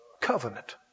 Covenant